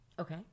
Okay